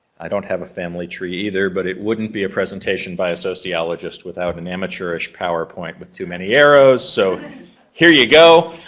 i don't have a family tree either but it wouldn't be a presentation by a sociologist without an amateurish powerpoint with too many arrows, so here you go.